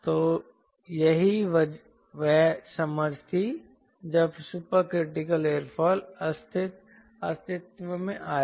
तो यही वह समझ थी जब सुपर क्रिटिकल एयरोफिल अस्तित्व में आया